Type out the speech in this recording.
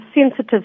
sensitive